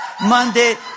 Monday